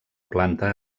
planta